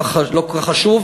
זה לא כל כך חשוב.